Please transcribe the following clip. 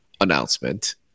announcement